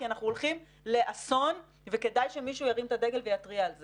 כי אנחנו הולכים לאסון וכדאי שמישהו ירים את הדגל ויתריע על זה.